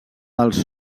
dels